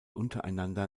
untereinander